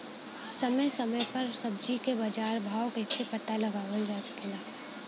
समय समय समय पर सब्जी क बाजार भाव कइसे पता लगावल जा सकेला?